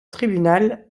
tribunal